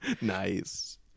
Nice